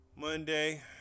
Monday